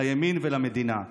לימין ולמדינה".